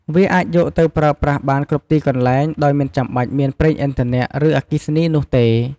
វាអាចយកទៅប្រើប្រាស់បានគ្រប់ទីកន្លែង ដោយមិនចាំបាច់មានប្រេងឥន្ធនៈ ឬអគ្គិសនីនោះទេ។